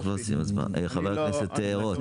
חבר הכנסת רוט, בבקשה.